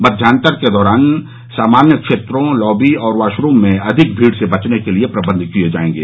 मध्यान्तर के दौरान सामान्य क्षेत्रों लॉबी और वॉशरूम में अधिक भीड़ से बचने के प्रबंध किए जाएंगे